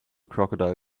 crocodile